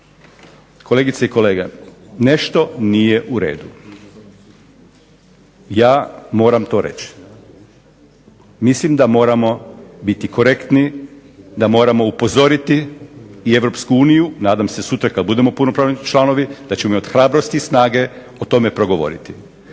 Kolegice i kolege, nešto nije u redu. Ja moram to reći. Mislim da moramo biti korektni, da moramo upozoriti i Europsku uniju nadam se sutra kad budemo punopravni članovi da ćemo imati hrabrosti i snage o tome progovoriti.